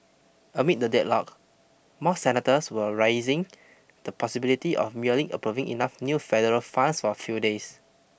amid the deadlock more senators were raising the possibility of merely approving enough new federal funds for a few days